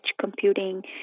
computing